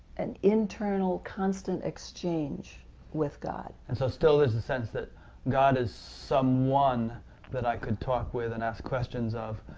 an internal, constant exchange with god. rick and so still there's the sense that god is someone that i could talk with and ask questions of,